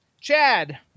Chad